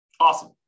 Awesome